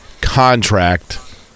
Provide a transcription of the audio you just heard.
contract